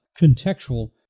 contextual